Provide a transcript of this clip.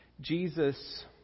Jesus